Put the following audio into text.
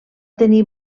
tenir